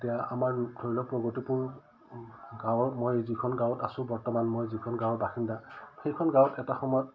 এতিয়া আমাৰ ধৰি লওক প্ৰগতিপূৰ গাঁৱৰ মই যিখন গাঁৱত আছোঁ বৰ্তমান মই যিখন গাঁৱৰ বাসিন্দা সেইখন গাঁৱত এটা সময়ত